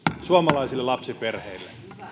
suomalaisille lapsiperheille